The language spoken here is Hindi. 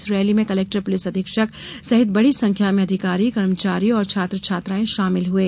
इस रैली में कलेक्टर पुलिस अधीक्षक सहित बड़ी संख्या में अधिकारी कर्मचारी और छात्र छात्रायें शामिल हुये